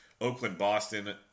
Oakland-Boston